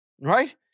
Right